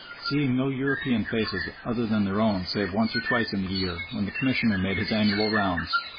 seeing no european faces other than their own save once or twice in the year when the commissioner made his annual rounds.